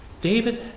David